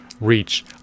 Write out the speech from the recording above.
reach